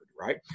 right